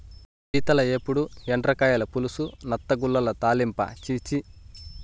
పీతల ఏపుడు, ఎండ్రకాయల పులుసు, నత్తగుల్లల తాలింపా ఛీ ఛీ